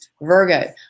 Virgo